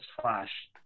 flash